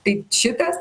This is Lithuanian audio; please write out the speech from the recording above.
tai šitas